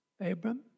Abram